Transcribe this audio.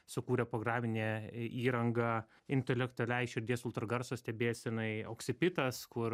sukūrė programinę įrangą intelektualiai širdies ultragarso stebėsenai auksipitas kur